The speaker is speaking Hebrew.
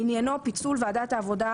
עניינו פיצול ועדת העבודה,